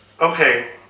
Okay